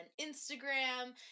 Instagram